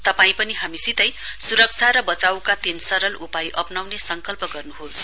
तपाईं पनि हामीसितै स्रक्षा र बचाईका तीन सरल उपाय अप्नाउने संकल्प गर्न्होस